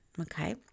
okay